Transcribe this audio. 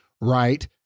right